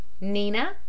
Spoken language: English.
Nina